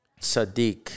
sadiq